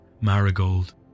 marigold